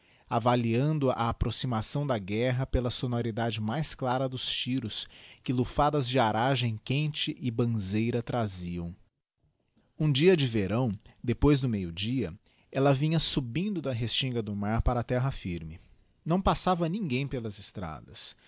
avaliando a approximação da guerra pela sonoridade mais clara dos tiros que lufadas de aragem quente e banzeira traziam um dia de verão depois do meio-dia ella vinha subindo da restinga do mar para a terra firme não passava ninguém pelas estradas